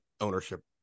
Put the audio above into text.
ownership